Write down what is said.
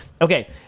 Okay